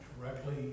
directly